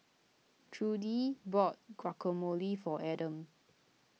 Trudie bought Guacamole for Adams